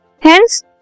Hence